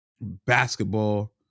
basketball